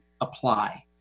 apply